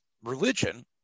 religion